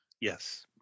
Yes